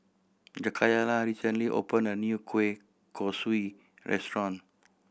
Jakayla recently opened a new kueh kosui restaurant